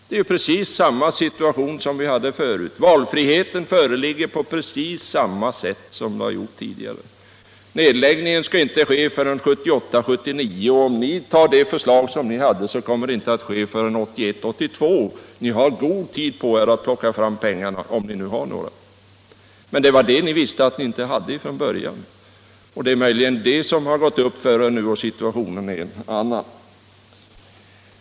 Det råder precis samma situation som förut, och vi har exakt samma valfrihet som tidigare. Nedläggningen skall inte ske förrän 1978 82. Ni har god tid på er att plocka fram pengarna, om ni nu har några. Men det var det som ni från början visste att ni inte hade. Det är möjligen detta som gör att ni nu säger att situationen är annorlunda.